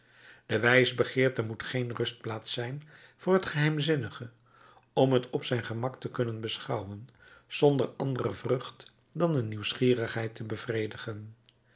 de wijsbegeerte moet geen rustplaats zijn voor het geheimzinnige om het op zijn gemak te kunnen beschouwen zonder andere vrucht dan de nieuwsgierigheid te bevredigen